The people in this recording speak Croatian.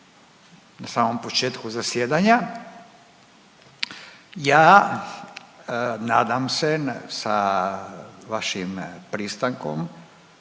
na samom početku zasjedanja ja nadam se sa vašim pristankom